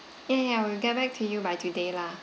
ya ya we'll get back to you by today lah